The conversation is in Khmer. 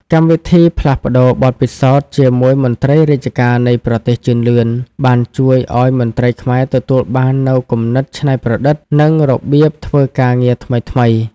កម្មវិធីផ្លាស់ប្តូរបទពិសោធន៍ជាមួយមន្ត្រីរាជការនៃប្រទេសជឿនលឿន បានជួយឱ្យមន្ត្រីខ្មែរទទួលបាននូវគំនិតច្នៃប្រឌិត និងរបៀបធ្វើការងារថ្មីៗ។